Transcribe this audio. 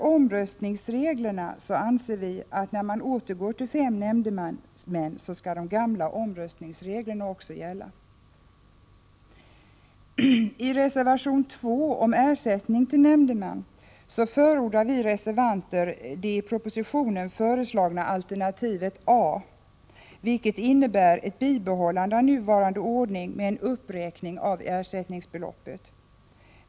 Vi anser att, vid en återgång till fem nämndemän, de gamla omröstningsreglerna skall gälla. I reservation 2 om ersättning till nämndeman förordar vi reservanter det i propositionen föreslagna alternativet A, vilket innebär ett bibehållande av nuvarande ordning med en uppräkning av ersättningsbeloppet.